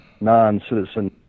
non-citizen